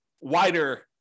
wider